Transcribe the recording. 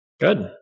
Good